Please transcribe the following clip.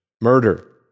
murder